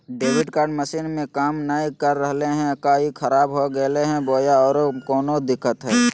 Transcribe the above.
Debit card machine में काम नाय कर रहले है, का ई खराब हो गेलै है बोया औरों कोनो दिक्कत है?